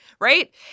right